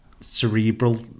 cerebral